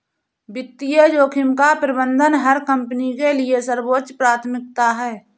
वित्तीय जोखिम का प्रबंधन हर कंपनी के लिए सर्वोच्च प्राथमिकता है